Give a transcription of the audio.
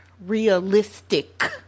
realistic